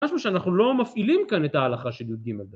משהו שאנחנו לא מפעילים כאן את ההלכה של יהודים על דרך.